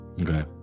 okay